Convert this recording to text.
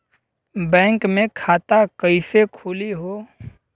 Bank मे खाता कईसे खुली हो?